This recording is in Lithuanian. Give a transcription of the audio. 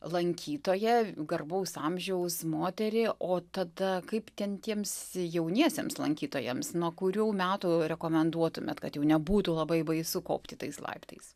lankytoją garbaus amžiaus moterį o tada kaip ten tiems jauniesiems lankytojams nuo kurių metų rekomenduotumėt kad jau nebūtų labai baisu kopti tais laiptais